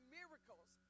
miracles